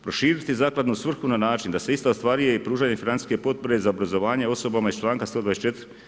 Proširiti zakladnu svrhu na način da se ista ostvaruje i pružanje financijske potpore za obrazovanje osobama iz članka 124.